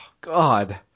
God